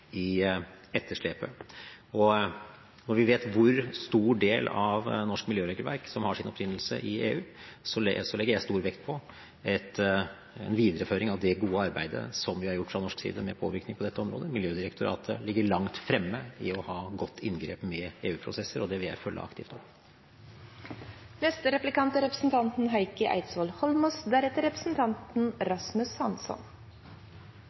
Når vi vet hvor stor del av norsk miljøregelverk som har sin opprinnelse i EU, legger jeg stor vekt på en videreføring av det gode arbeidet som vi har gjort fra norsk side med påvirkning på dette området. Miljødirektoratet ligger langt fremme i å ha godt inngrep med EU-prosesser, og det vil jeg følge aktivt opp.